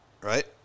right